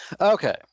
Okay